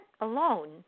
alone